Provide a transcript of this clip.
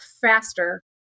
faster